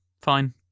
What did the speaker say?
fine